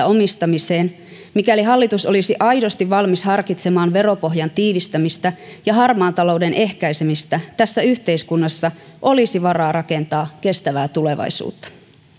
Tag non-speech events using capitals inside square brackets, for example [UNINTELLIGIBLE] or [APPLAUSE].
[UNINTELLIGIBLE] omistamiseen mikäli hallitus olisi aidosti valmis harkitsemaan veropohjan tiivistämistä ja harmaan talouden ehkäisemistä tässä yhteiskunnassa olisi varaa rakentaa kestävää tulevaisuutta